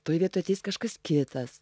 toj vietoj ateis kažkas kitas